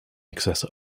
excess